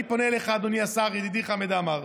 אני פונה אליך, אדוני השר, ידידי חמד עמאר.